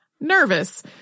nervous